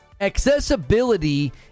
Accessibility